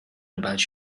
about